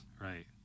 Right